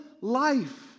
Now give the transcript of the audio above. life